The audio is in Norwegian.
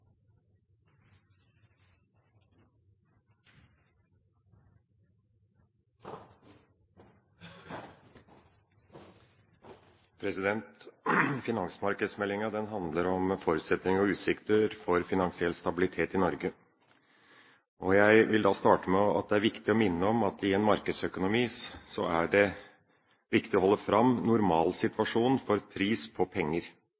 åpen måte. Finansmarkedsmeldinga handler om forutsetninger og utsikter for finansiell stabilitet i Norge. Jeg vil starte med å minne om at i en markedsøkonomi er det viktig å holde fram normalsituasjonen for pris på penger,